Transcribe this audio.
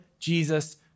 Jesus